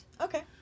Okay